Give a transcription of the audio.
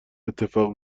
اتفاق